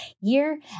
year